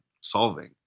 solving